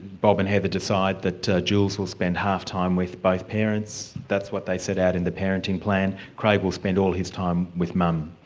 bob and heather decide that jules will spend half time with both parents that's what they set out in the parenting plan craig will spend all his time with mum.